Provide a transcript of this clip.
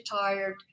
tired